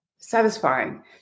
satisfying